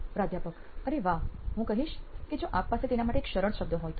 પ્રાધ્યાપક અરે વાહ હું કહીશ કે જો આપ પાસે તેના માટે એક સરળ શબ્દ હોય તો